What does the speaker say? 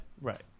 Right